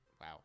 wow